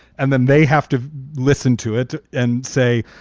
and then they have to listen to it and say,